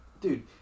dude